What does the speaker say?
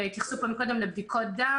התייחסו לבדיקות דם,